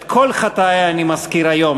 את כל חטאי אני מזכיר היום.